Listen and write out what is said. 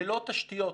ללא תשתיות